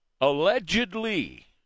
allegedly